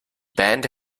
band